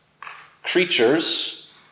creatures